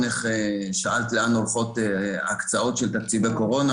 שאלת לאן הולכות ההקצאות של תקציבי קורונה.